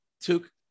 took